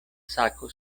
sako